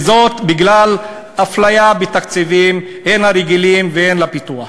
וזאת בגלל אפליה בתקציבים, הן הרגילים והן לפיתוח.